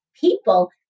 people